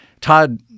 Todd